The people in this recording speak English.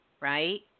Right